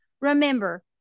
Remember